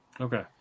Okay